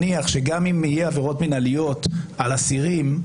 כי יש להניח שגם אם יהיו עבירות מינהליות על אסירים,